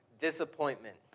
Disappointment